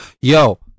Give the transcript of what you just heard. yo